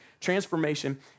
transformation